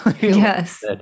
yes